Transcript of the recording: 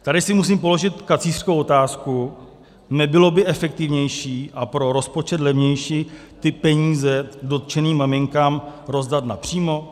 Tady si musím položit kacířskou otázku: Nebylo by efektivnější a pro rozpočet levnější ty peníze dotčeným maminkách rozdat napřímo?